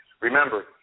Remember